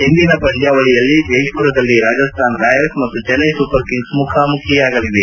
ಇಂದಿನ ಪಂದ್ಕಾವಳಿಯಲ್ಲಿ ಜೈಮರದಲ್ಲಿ ರಾಜಸ್ತಾನ್ ರಾಯಲ್ಲ ಮತ್ತು ಚೆನ್ನೈ ಸೂಪರ್ ಕಿಂಗ್ಸ್ ಮುಖಾಮುಖಿಯಾಗಲಿವೆ